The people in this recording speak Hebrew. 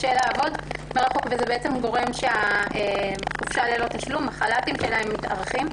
קשה לעבוד מרחוק וזה גורם לכך שהחל"תים שלהם מתארכים.